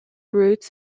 roots